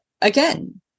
Again